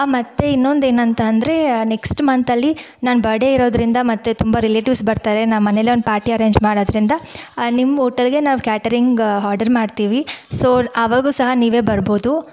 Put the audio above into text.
ಮತ್ತೆ ಇನ್ನೊಂದೇನಂತ ಅಂದರೆ ನೆಕ್ಸ್ಟ್ ಮಂತಲ್ಲಿ ನನ್ನ ಬರ್ಡೇ ಇರೋದರಿಂದ ಮತ್ತೆ ತುಂಬ ರಿಲೇಟಿವ್ಸ್ ಬರ್ತಾರೆ ನಮ್ಮ ಮನೆಯಲ್ಲೇ ಒಂದು ಪಾರ್ಟಿ ಅರೇಂಜ್ ಮಾಡೋದರಿಂದ ನಿಮ್ಮ ಓಟೆಲ್ಗೆ ನಾವು ಕ್ಯಾಟರಿಂಗ್ ಹಾರ್ಡರ್ ಮಾಡ್ತೀವಿ ಸೊ ಆವಾಗೂ ಸಹ ನೀವೇ ಬರ್ಬಹುದು